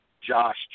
Josh